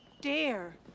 dare